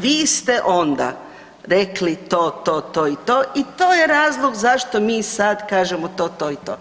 vi ste onda rekli to, to, to i to i to je razlog zašto mi sad kažemo to, to i to.